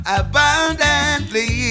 abundantly